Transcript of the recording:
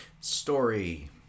story